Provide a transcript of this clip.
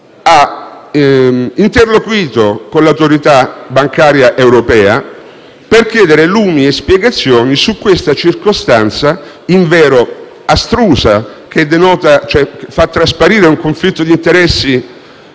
ha interloquito con l'autorità bancaria europea per chiedere lumi e spiegazioni su questa circostanza invero astrusa, che fa trasparire un conflitto di interessi